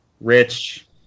rich